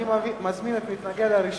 אני מזמין את המתנגד הראשון,